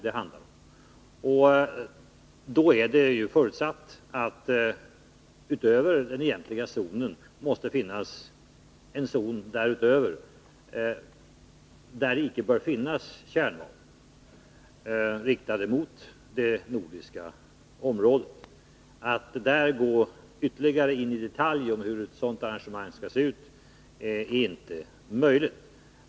En förutsättning är då att det utöver den egentliga zonen måste finnas en ytterligare zon, där det icke bör finnas kärnvapen riktade mot det nordiska området. Att gå ytterligare in i detalj om hur ett sådant arrangemang skall se ut är inte möjligt.